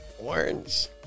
orange